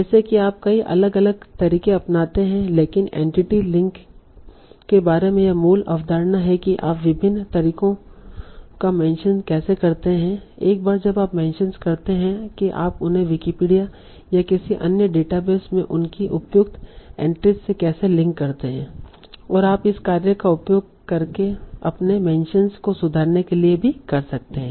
जैसे कि आप कई अलग अलग तरीके अपनाते हैं लेकिन एंटिटी लिंक के बारे में यह मूल अवधारणा है कि आप विभिन्न तरीकों का मेंशनस कैसे करते हैं एक बार जब आप मेंशन करते हैं कि आप उन्हें विकिपीडिया या किसी अन्य डेटाबेस में उनकी उपयुक्त एंट्रीज़ से कैसे लिंक करते हैं और आप इस कार्य का उपयोग अपने मेंशनस को सुधारने के लिए भी कर सकते हैं